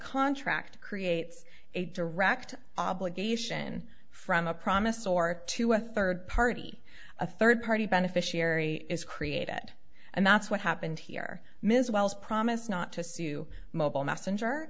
contract creates a direct obligation from a promise or to a third party a third party beneficiary is created and that's what happened here ms wells promise not to sue mobil messenger